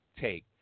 take